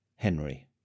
Henry